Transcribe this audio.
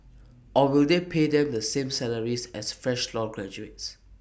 or will they pay them the same salaries as fresh law graduates